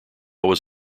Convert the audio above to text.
was